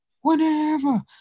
Whenever